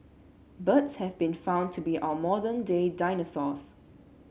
birds have been found to be our modern day dinosaurs